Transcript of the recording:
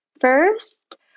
first